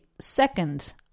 second